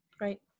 Right